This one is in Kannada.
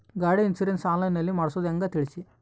ಗಾಡಿ ಇನ್ಸುರೆನ್ಸ್ ಆನ್ಲೈನ್ ನಲ್ಲಿ ಮಾಡ್ಸೋದು ಹೆಂಗ ತಿಳಿಸಿ?